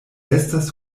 estas